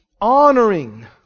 Honoring